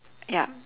ya